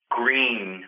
green